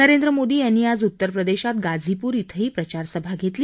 नरेंद्र मोदी यांनी आज उत्तर प्रदेशात गाझीपूर श्विंही प्रचारसभा घेतली